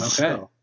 Okay